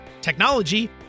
technology